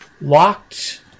locked